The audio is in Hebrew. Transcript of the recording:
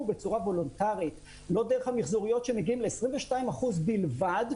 בצורה וולונטרית לא דרך המיחזוריות שמגיעים ל-22% בלבד,